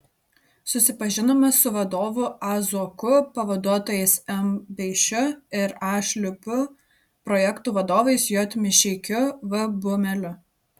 susipažinome su vadovu a zuoku pavaduotojais m beišiu ir a šliupu projektų vadovais j mišeikiu v bumeliu